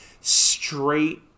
straight